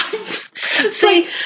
See